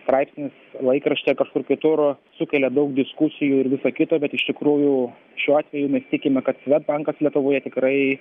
straipsnis laikraštyje kažkur kitur sukelia daug diskusijų ir visa kita bet iš tikrųjų šiuo atveju mes tikime kad svedbankas lietuvoje tikrai